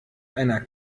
einer